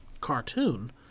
cartoon